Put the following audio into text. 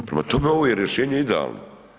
Prema tome, ovo je rješenje idealno.